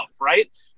right